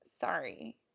Sorry